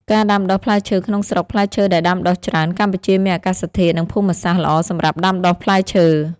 ការដាំដុះផ្លែឈើក្នុងស្រុកផ្លែឈើដែលដាំដុះច្រើន កម្ពុជាមានអាកាសធាតុ និងភូមិសាស្ត្រល្អសម្រាប់ដាំដុះផ្លែឈើ។